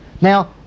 Now